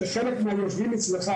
כאשר אנחנו יושבים אצלך